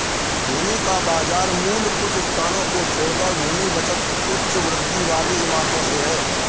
भूमि का बाजार मूल्य कुछ स्थानों को छोड़कर भूमि बचत उच्च वृद्धि वाली इमारतों से है